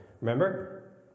Remember